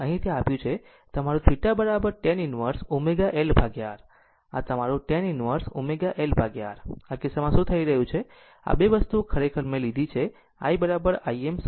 આમ આ તમારું tan inverse ω L R આ કિસ્સામાં શું થઈ રહ્યું છે કે આ બે વસ્તુ જે ખરેખર આ છે મેં લીધી i Im sin ω t